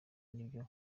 nibyo